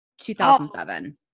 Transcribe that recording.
2007